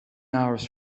hours